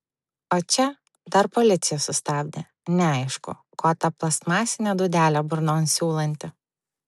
o čia dar policija sustabdė neaišku ko tą plastmasinę dūdelę burnon siūlanti